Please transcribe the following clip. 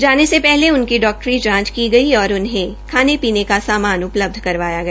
जाने से पहले उनकी डाक्टरी जांच की गई और उन्हें खाने पीने का सामान उपलब्ध करवाया गया